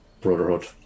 Brotherhood